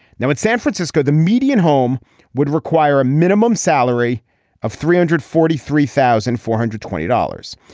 now in san francisco the median home would require a minimum salary of three hundred forty three thousand four hundred twenty dollars.